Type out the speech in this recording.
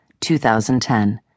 2010